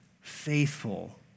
faithful